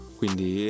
quindi